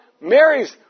Mary's